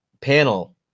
panel